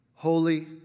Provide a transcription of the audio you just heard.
Holy